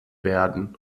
werden